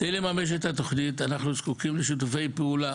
כדי לממש את התוכנית, אנחנו זקוקים לשיתופי פעולה